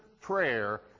prayer